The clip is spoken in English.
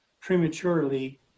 prematurely